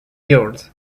yards